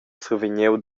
survegniu